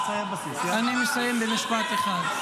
אני מסיים במשפט אחד.